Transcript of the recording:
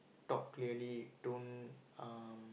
talk clearly don't uh